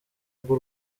ubwo